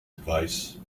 advice